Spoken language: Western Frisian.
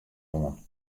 oan